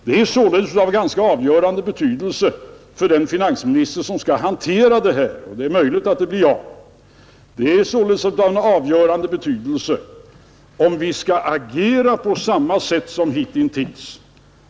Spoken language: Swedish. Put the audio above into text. Det är således av ganska avgörande betydelse för den finansminister som skall hantera det här — och det är möjligt att det blir jag — om vi skall agera på samma sätt som hitintills.